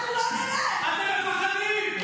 חס וחלילה.